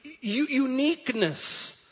uniqueness